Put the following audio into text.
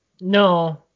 No